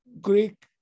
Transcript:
Greek